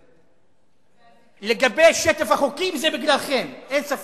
והזיכרון, לגבי שטף החוקים, זה בגללכם,